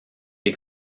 des